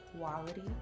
quality